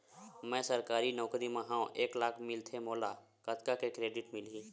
मैं सरकारी नौकरी मा हाव एक लाख मिलथे मोला कतका के क्रेडिट मिलही?